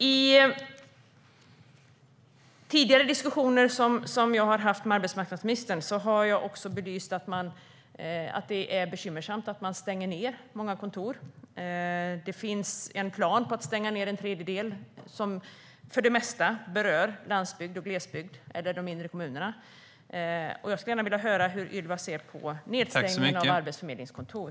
I tidigare diskussioner som jag har haft med arbetsmarknadsministern har jag belyst att det är bekymmersamt att man stänger många kontor. Det finns en plan på att stänga en tredjedel, och för det mesta är det landsbygd och glesbygd, de mindre kommunerna, som berörs. Jag skulle gärna vilja höra hur Ylva ser på stängningen av arbetsförmedlingskontor.